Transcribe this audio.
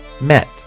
met